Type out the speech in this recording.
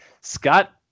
Scott